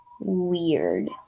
weird